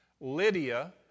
Lydia